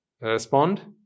respond